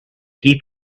heap